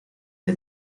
the